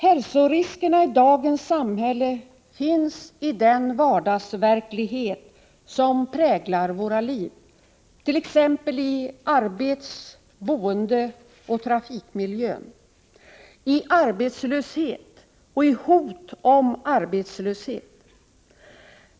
Hälsoriskerna i dagens samhälle finns i den vardagsverklighet som präglar våra liv, t.ex. i arbets-, boendeoch trafikmiljön, i arbetslöshet och i hot om arbetslöshet.